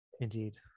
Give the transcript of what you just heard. Indeed